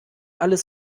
alles